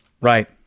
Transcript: Right